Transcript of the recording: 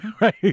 right